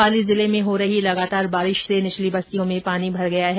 पाली जिले में भी हो रही लगातार बारिश से निचली बस्तियों में पानी भर गया है